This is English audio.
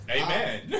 Amen